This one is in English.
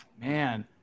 Man